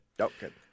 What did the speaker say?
Okay